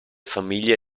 famiglie